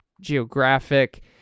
geographic